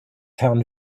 herrn